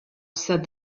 said